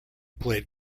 played